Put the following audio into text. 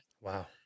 Wow